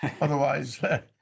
otherwise